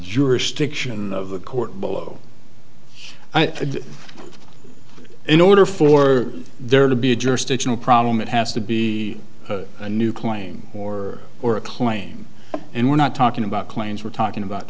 jurisdiction of the court below in order for there to be a jurisdictional problem it has to be a new claim or or a claim and we're not talking about claims we're talking about